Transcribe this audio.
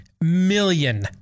million